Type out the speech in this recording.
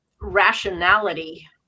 rationality